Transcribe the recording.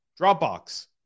Dropbox